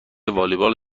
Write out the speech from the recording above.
والیبال